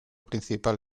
principal